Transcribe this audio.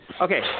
Okay